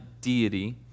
deity